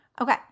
Okay